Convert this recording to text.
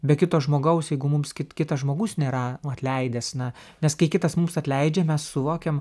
be kito žmogaus jeigu mums kit kitas žmogus nėra atleidęs na nes kai kitas mums atleidžia mes suvokiam